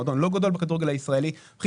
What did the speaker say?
מועדון לא גדול בכדורגל הישראלי מכניס